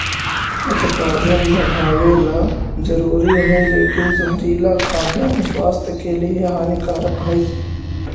उत्पादन बढ़ावेला जरूरी हइ लेकिन जहरीला खाद्यान्न स्वास्थ्य के लिए हानिकारक हइ